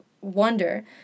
wonder